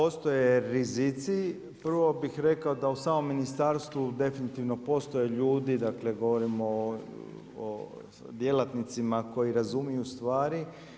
Da, postoje rizici, prvo bih rekao da u samom ministarstvu definitivno postoje ljudi, dakle govorimo o djelatnicima koji razumiju stvari.